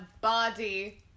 body